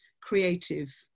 creative